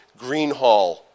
Greenhall